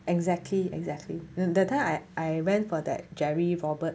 exactly exactly that time I I went for that jerry robert